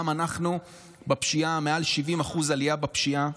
גם אנחנו מעל 70% עלייה בפשיעה.